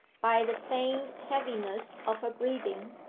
by the feigned heaviness of her breathing,